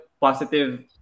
positive